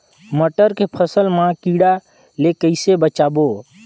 मटर के फसल मा कीड़ा ले कइसे बचाबो?